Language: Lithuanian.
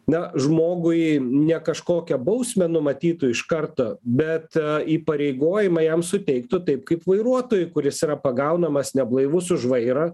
na žmogui ne kažkokią bausmę numatytų iš karto bet įpareigojimą jam suteiktų taip kaip vairuotojui kuris yra pagaunamas neblaivus už vairo